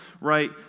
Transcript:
right